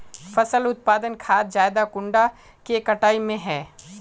फसल उत्पादन खाद ज्यादा कुंडा के कटाई में है?